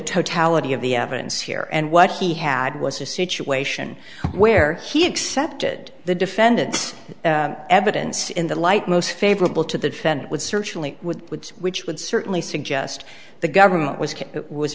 totality of the evidence here and what he had was a situation where he accepted the defendant's evidence in the light most favorable to the defendant would certainly with woods which would certainly suggest the government was